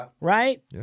right